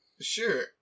Sure